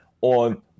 on